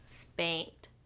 spanked